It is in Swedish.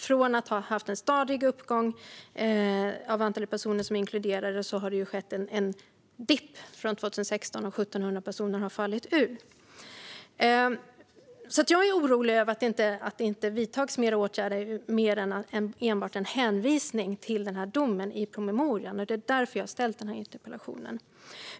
Från att ha haft en stadig uppgång av antalet personer som inkluderades har det skett en dipp sedan 2016, och 1 700 personer har fallit ur. Jag är orolig över att det inte vidtas mer åtgärder än en hänvisning till den här domen i promemorian. Det är därför jag har ställt den här interpellationen.